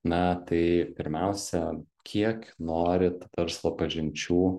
na tai pirmiausia kiek norit verslo pažinčių